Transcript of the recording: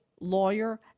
Lawyer